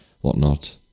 whatnot